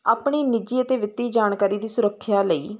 ਆਪਣੀ ਨਿੱਜੀ ਅਤੇ ਵਿੱਤੀ ਜਾਣਕਾਰੀ ਦੀ ਸੁਰੱਖਿਆ ਲਈ